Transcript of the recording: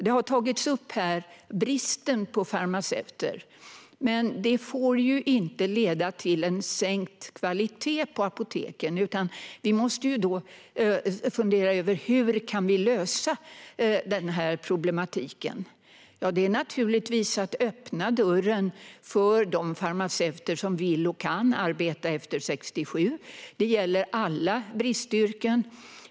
Bristen på farmaceuter har tagits upp här. Den får inte leda till en sänkt kvalitet på apoteken, utan vi måste fundera över hur vi kan lösa problematiken. Ja, det är naturligtvis att öppna dörren för de farmaceuter som vill och kan arbeta efter 67, något som gäller i alla bristyrken.